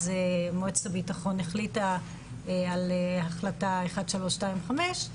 אז מועצת הביטחון החליטה על החלטה 1325,